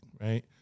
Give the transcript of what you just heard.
right